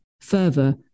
Further